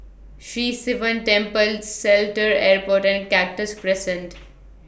Sri Sivan Temple Seletar Airport and Cactus Crescent